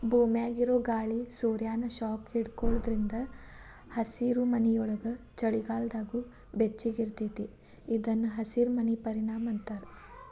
ಭೂಮ್ಯಾಗಿರೊ ಗಾಳಿ ಸೂರ್ಯಾನ ಶಾಖ ಹಿಡ್ಕೊಳೋದ್ರಿಂದ ಹಸಿರುಮನಿಯೊಳಗ ಚಳಿಗಾಲದಾಗೂ ಬೆಚ್ಚಗಿರತೇತಿ ಇದನ್ನ ಹಸಿರಮನಿ ಪರಿಣಾಮ ಅಂತಾರ